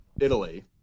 Italy